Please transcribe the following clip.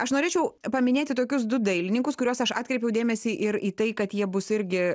aš norėčiau paminėti tokius du dailininkus kuriuos aš atkreipiau dėmesį ir į tai kad jie bus irgi